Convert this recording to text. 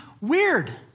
weird